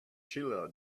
shiela